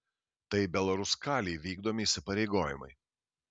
tai belaruskalij vykdomi įsipareigojimai